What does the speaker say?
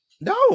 No